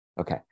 Okay